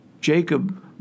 Jacob